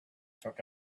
took